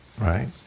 right